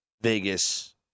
Vegas